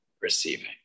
receiving